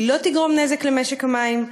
היא לא תגרום נזק למשק המים,